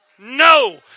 No